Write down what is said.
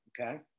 Okay